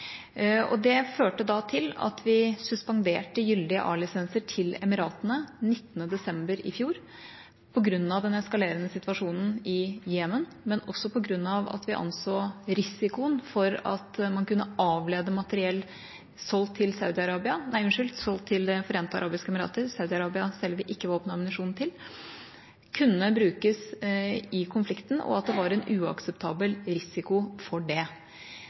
Det førte til at vi suspenderte gyldige A-lisenser til Emiratene den 19. desember i fjor – på grunn av den eskalerende situasjonen i Jemen, men også på grunn av at vi anså at risikoen for at materiell som var solgt til De forente arabiske emirater, kunne avledes og brukes i konflikten, og at det var en uakseptabel risiko for det.